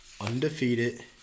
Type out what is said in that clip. undefeated